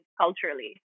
culturally